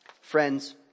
Friends